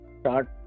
start